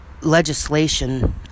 legislation